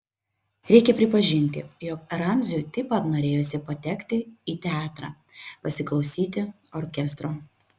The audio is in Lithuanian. reikia pripažinti jog ramziui taip pat norėjosi patekti į teatrą pasiklausyti orkestro